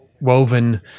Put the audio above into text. woven